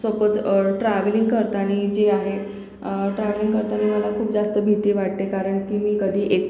suppose travelling करताना जे आहे ट्रॅव्हलिंग करतानी मला खूप जास्त भीती वाटते कारण की मी कधी एकटं